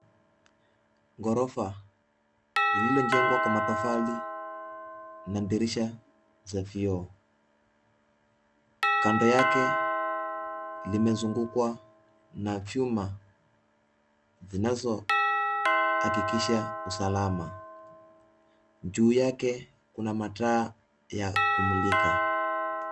Ghorofa lililojengwa kwa matofali na dirisha za vioo, kando yake limezungukwa na chuma zinazohakikisha usalama. Juu yake kuna mataa ya kumulika.